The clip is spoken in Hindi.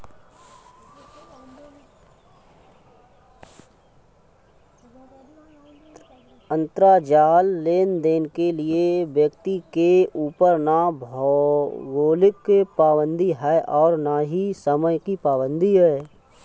अंतराजाल लेनदेन के लिए व्यक्ति के ऊपर ना भौगोलिक पाबंदी है और ना ही समय की पाबंदी है